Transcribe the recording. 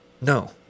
No